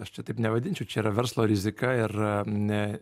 aš čia taip nevadinčiau čia yra verslo rizika ir ne